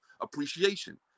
appreciation